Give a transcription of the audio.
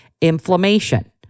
inflammation